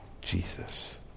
Jesus